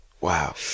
Wow